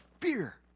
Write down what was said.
fear